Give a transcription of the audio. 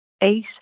Eight